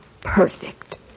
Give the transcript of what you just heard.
perfect